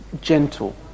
gentle